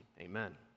amen